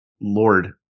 Lord